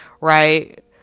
right